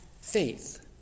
faith